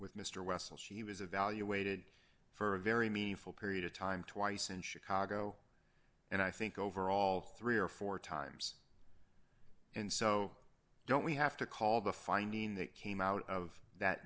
with mr wessel she was evaluated for a very meaningful period of time twice in chicago and i think overall three or four times and so don't we have to call the finding that came out of that